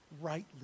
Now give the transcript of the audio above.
Rightly